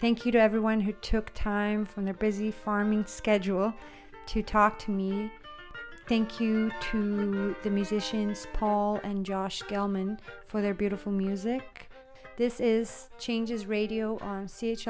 thank you to everyone who took time from their busy farming schedule to talk to me thank you the musicians paul and josh gellman for their beautiful music this is changes radio on c h